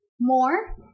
more